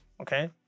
okay